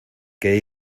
que